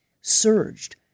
surged